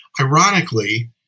Ironically